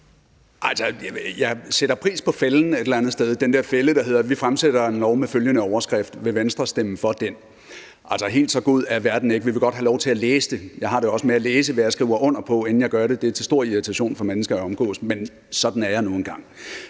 Jeg sætter et eller andet sted pris på den der fælde, der hedder at man fremsætter et lovforslag med følgende overskrift: Vil Venstre stemme for det? Altså, helt så god er verden ikke, og vi vil godt have lov til at læse det. Jeg har det også med at læse, hvad jeg skriver under på, inden jeg gør det, og det er til stor irritation for mennesker, jeg omgås, men sådan er jeg nu engang.